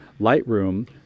Lightroom